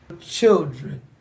Children